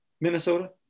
Minnesota